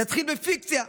נתחיל בפיקציה,